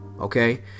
Okay